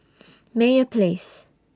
Meyer Place